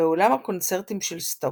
באולם הקונצרטים של סטוקהולם.